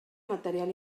material